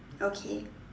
okay